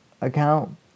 account